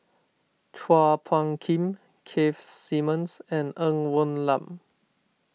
Chua Phung Kim Keith Simmons and Ng Woon Lam